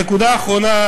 הנקודה האחרונה,